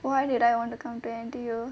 why did I want to come to N_T_U